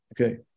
okay